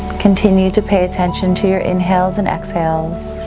continue to pay attention to your inhales and exhales,